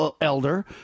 elder